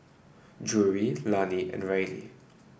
Drury Lani and Reilly